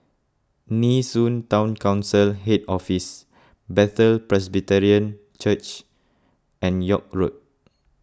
Nee Soon Town Council Head Office Bethel Presbyterian Church and York Road